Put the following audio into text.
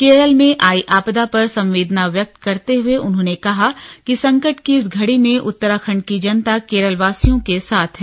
केरल में आई आपदा पर संवेदना व्यक्त करते हुए उन्होंने कहा कि संकट की इस घड़ी में उत्तराखण्ड की जनता केरलवासियों के साथ है